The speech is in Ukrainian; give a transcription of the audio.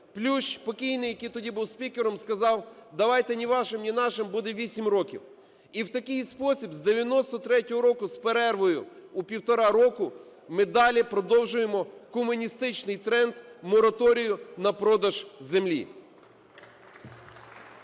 Плющ, покійний, який тоді був спікером, сказав: "Давайте ні вашим, ні нашим – буде 8 років". І в такий спосіб з 93-го року з перервою у півтора роки ми далі продовжуємо комуністичний тренд мораторію на продаж землі.